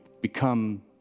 become